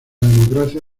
democracia